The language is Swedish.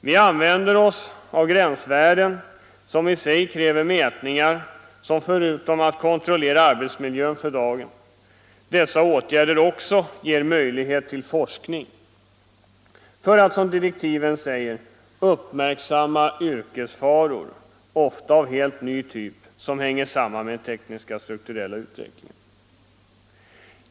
Vi använder oss av gränsvärden som i sig kräver mätningar, som förutom att kontrollera arbetsmiljön för dagen också ger möjlighet till forskning för att som direktiven säger, ”uppmärksamma yrkesfaror — ofta av en helt ny typ, som hänger samman med den tekniska och strukturella utvecklingen”.